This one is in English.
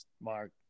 Mark